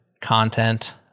content